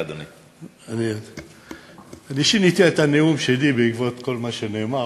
אני שיניתי את הנאום שלי בעקבות כל מה שנאמר,